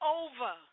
over